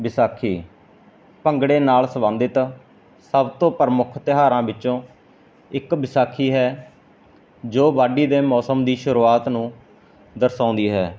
ਵਿਸਾਖੀ ਭੰਗੜੇ ਨਾਲ ਸਬੰਧਿਤ ਸਭ ਤੋਂ ਪ੍ਰਮੁੱਖ ਤਿਉਹਾਰਾਂ ਵਿੱਚੋਂ ਇੱਕ ਵਿਸਾਖੀ ਹੈ ਜੋ ਵਾਢੀ ਦੇ ਮੌਸਮ ਦੀ ਸ਼ੁਰੂਆਤ ਨੂੰ ਦਰਸਾਉਂਦੀ ਹੈ